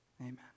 Amen